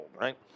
Right